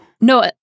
no